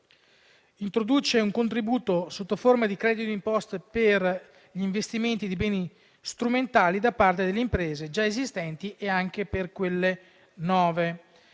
introducendo un contributo sotto forma di credito d'imposta per gli investimenti in beni strumentali da parte delle imprese già esistenti e di quelle nuove.